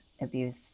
abuse